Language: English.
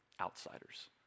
outsiders